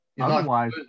otherwise